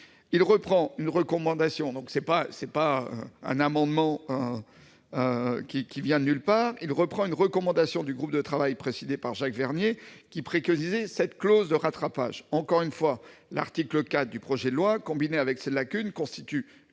ainsi une recommandation du groupe de travail présidé par Jacques Vernier, qui préconisait une « clause de rattrapage ». Encore une fois, l'article 4 du projet de loi, combiné à cette lacune, constitue